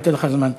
אני אתן לך זמן,